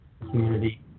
community